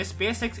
SpaceX